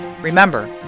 Remember